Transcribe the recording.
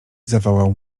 zawołał